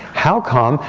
how come?